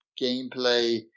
gameplay